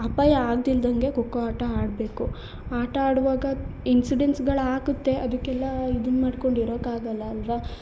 ಅಪಾಯ ಆಗ್ದಿಲ್ದಂಗೆ ಖೋಖೋ ಆಟ ಆಡಬೇಕು ಆಟ ಆಡುವಾಗ ಇನ್ಸಿಡೆನ್ಸ್ಗಳಾಗುತ್ತೆ ಅದಕ್ಕೆಲ್ಲ ಇದನ್ನು ಮಾಡ್ಕೊಂಡು ಇರೋಕ್ಕಾಗಲ್ಲ ಅಲ್ಲವಾ